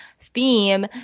theme